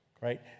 right